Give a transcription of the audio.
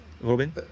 Robin